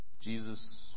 Jesus